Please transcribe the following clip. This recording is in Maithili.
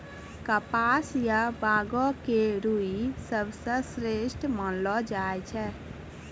कपास या बांगो के रूई सबसं श्रेष्ठ मानलो जाय छै